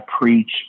preach